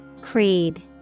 Creed